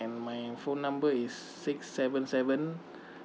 and my phone number is six seven seven